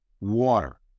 water